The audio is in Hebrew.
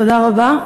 תודה רבה.